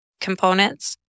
components